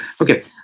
Okay